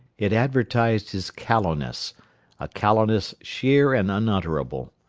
it advertised his callowness a callowness sheer and unutterable.